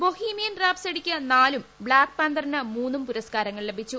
Bohemian rhapsody നാലും black പാന്തറിന് മൂന്നും പുരസ്കാരങ്ങൾ ലഭിച്ചു